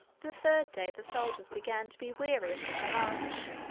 the third day the soldiers began to be weary of such a march.